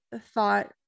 thought